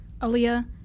Aaliyah